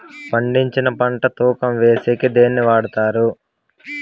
పండించిన పంట తూకం వేసేకి దేన్ని వాడతారు?